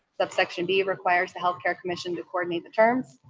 subsection b requires the healthcare commission to coordinate the terms.